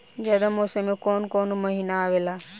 जायद मौसम में कौन कउन कउन महीना आवेला?